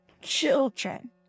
Children